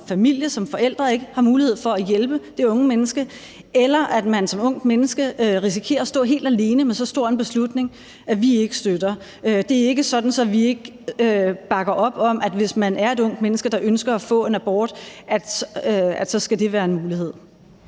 familie, som forældre ikke har mulighed for at hjælpe det unge menneske, eller at man som ungt menneske risikerer at stå helt alene med så stor en beslutning. Det er ikke sådan, at vi ikke bakker op om, at et ungt menneske, der ønsker at få en abort, skal have mulighed